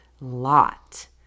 lot